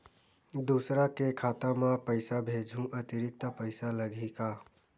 दूसरा के खाता म पईसा भेजहूँ अतिरिक्त पईसा लगही का?